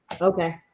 Okay